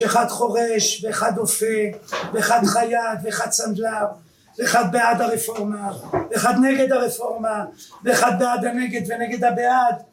ואחד חורש, ואחד אופה, ואחד חייט, ואחד סנדלר, ואחד בעד הרפורמה, ואחד נגד הרפורמה, ואחד בעד ונגד, ונגד הבעד.